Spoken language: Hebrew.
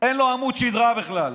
אין לו עמוד שדרה בכלל.